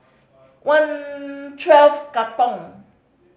One Twelve Katong